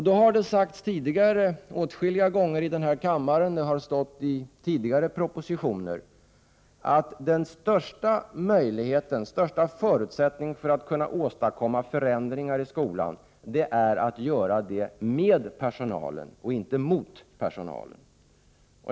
Det har sagts tidigare i denna kammare åtskilliga gånger och har stått i tidigare propositioner att den största förutsättningen för att kunna åstadkomma förändringar i skolan är att göra det med personalen och inte mot personalen.